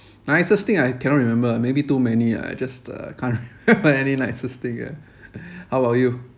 nicest thing I cannot remember maybe too many ah I just uh can't remember any nicest thing ah how about you